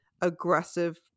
aggressive